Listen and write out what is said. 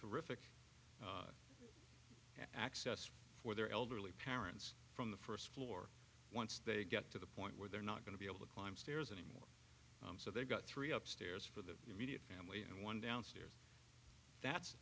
reflect access for their elderly parents from the first floor once they get to the point where they're not going to be able to climb stairs anymore so they've got three up stairs for the immediate family and one downstairs that's